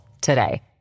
today